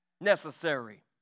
necessary